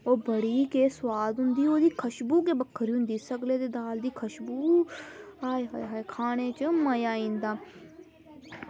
ओह् पूरी गै सोआद होंदी ओह्दी खुश्बू गै बक्खरी ऐ सगलै दे दाल दी खुश्बू आय हाय खानै च मज़ा आई जंदा